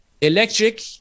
electric